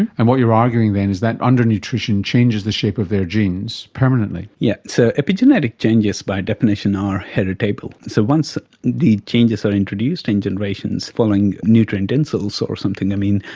and and what you're arguing then is that undernutrition changes the shape of their genes permanently. yes, so epigenetic changes by definition are heritable. so once the changes are introduced in generations following nutrient insults or something, i mean,